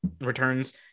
returns